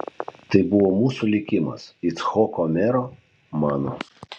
tai buvo mūsų likimas icchoko mero mano